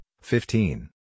fifteen